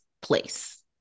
place